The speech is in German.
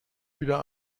wieder